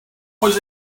was